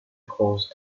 cause